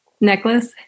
Necklace